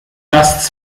das